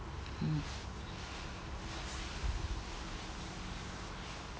mm